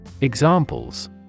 Examples